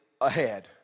ahead